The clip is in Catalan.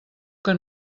que